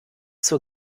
zur